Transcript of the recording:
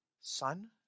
Son